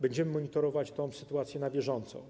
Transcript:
Będziemy monitorować tę sytuację na bieżąco.